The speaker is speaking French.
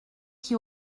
qui